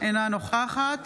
אינה נוכחת